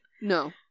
No